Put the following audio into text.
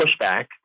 pushback